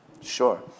Sure